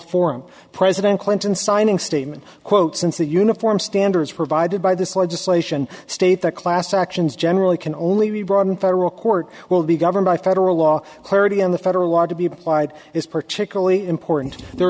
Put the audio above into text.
form president clinton signing statement quote since the uniform standards provided by this legislation state that class actions generally can only be brought in federal court will be governed by federal law clarity in the federal law to be applied is particularly important there